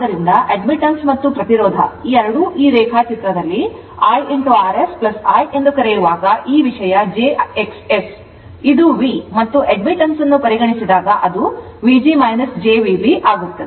ಆದ್ದರಿಂದ admittance ಮತ್ತು ಪ್ರತಿರೋಧ ಎರಡೂ ಈ ರೇಖಾಚಿತ್ರದಲ್ಲಿ Irs I ಎಂದು ಕರೆಯುವಾಗ ಈ ವಿಷಯ jIXS ಇದು V ಮತ್ತು admittance ಅನ್ನು ಪರಿಗಣಿಸಿದಾಗ ಅದು Vg jVb ಆಗುತ್ತದೆ